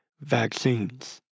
vaccines